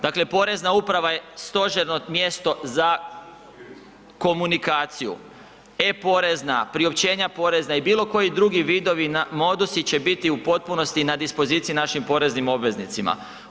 Dakle, Porezna uprava je stožerno mjesto za komunikaciju, e-porezna, priopćenja porezne i bilo koji drugi vidovi, modusi će biti u potpunosti i na dispoziciji našim poreznim obveznicima.